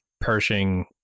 Pershing